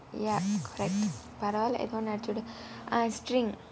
ya correct பரவாயில்லை ஏதோ அடிச்சு விடு:paravaayillai etho adichu vidu uh string